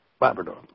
Labrador